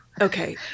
Okay